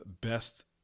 best